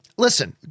Listen